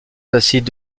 tacite